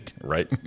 Right